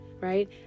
Right